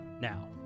Now